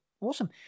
Awesome